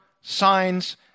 signs